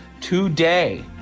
today